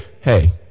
hey